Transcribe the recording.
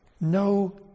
No